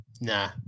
Nah